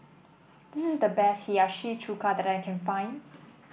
this is the best Hiyashi Chuka that I can find